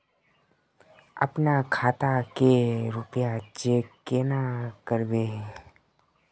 अपना खाता के रुपया चेक केना करबे?